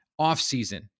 offseason